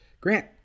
grant